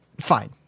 Fine